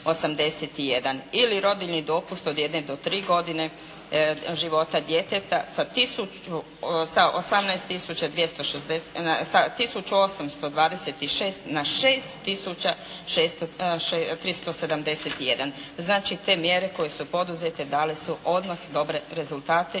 Ili rodiljni dopust od 1 do 3 godine života djeteta sa 1826 na 6371, znači te mjere koje su poduzete dale su odmah dobre rezultate